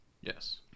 yes